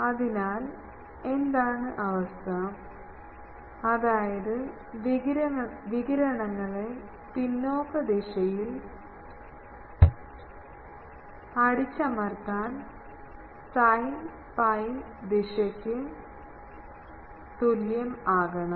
അതിനാൽ എന്താണ് അവസ്ഥ അതായത് വികിരണങ്ങളെ പിന്നോക്ക ദിശയിൽ അടിച്ചമർത്താൻ psi pi ദിശയ്ക്ക് തുല്യം ആകണം